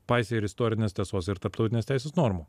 paisė ir istorinės tiesos ir tarptautinės teisės normų